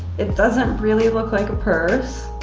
it doesn't really look like a purse.